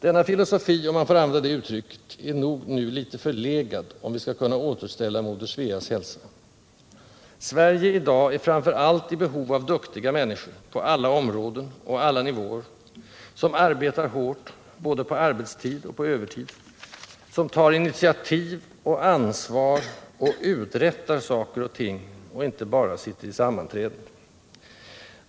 Denna filosofi, om man får använda det uttrycket, är nog nu litet förlegad, om vi skall kunna återställa moder Sveas hälsa. Sverige i dag är framför allt i behov av duktiga människor, på alla områden och alla nivåer, som arbetar hårt, både på arbetstid och på övertid, och som tar initiativ och ansvar och uträttar saker och ting och inte bara sitter i sammanträden.